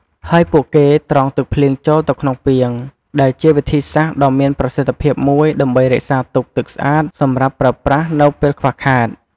ហើយពួកគេត្រងទឹកភ្លៀងចូលទៅក្នុងពាង ដែលជាវិធីសាស្ត្រដ៏មានប្រសិទ្ធភាពមួយ ដើម្បីរក្សាទុកទឹកស្អាតសម្រាប់ប្រើប្រាស់នៅពេលខ្វះខាត។